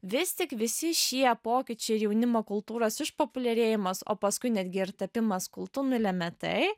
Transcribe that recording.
vis tik visi šie pokyčiai jaunimo kultūros išpopuliarėjimas o paskui netgi ir tapimas kultu nulemia tai